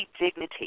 dignity